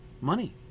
Money